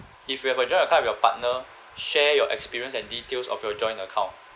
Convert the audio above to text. if you have a joint account with your partner share your experience and details of your joint account